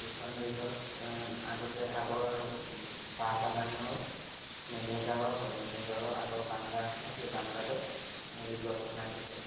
যিখন ৰিজৰ্ট আগতে আগৰ চাহ বাগানৰ মেনেজাৰৰ হয় মেনেজাৰৰ আগৰ বাংলা আছে সেই বাংলাতে মানে ৰিজৰ্ট বনাই থৈছে